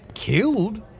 Killed